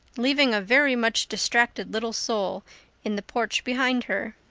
leaving a very much distracted little soul in the porch behind her.